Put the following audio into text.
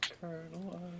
Colonel